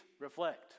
reflect